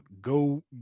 Go